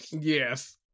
Yes